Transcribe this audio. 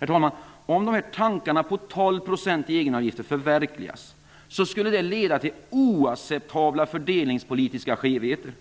Herr talman! Om de här tankarna på 12 % i egenavgifter skulle förverkligas leder det till oacceptabla fördelningspolitiska skevheter.